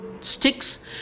sticks